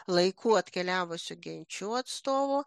laiku atkeliavusių genčių atstovų